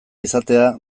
izatea